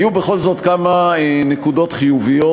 היו בכל זאת כמה נקודות חיוביות.